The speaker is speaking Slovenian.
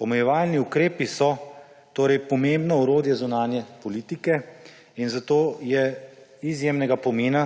Omejevalni ukrepi so torej pomembno orodje zunanje politike in zato je izjemnega pomena